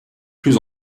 plus